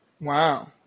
Wow